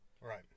Right